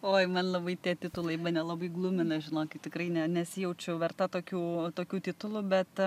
oi man labai tie titulai mane labai glumina žinokit tikrai ne nesijaučiau verta tokių tokių titulų bet